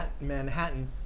Manhattan